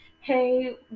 hey